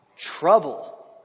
trouble